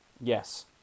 Yes